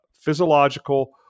physiological